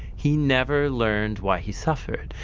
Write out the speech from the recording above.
he never learned why he suffered.